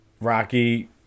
Rocky